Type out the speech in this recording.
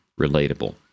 relatable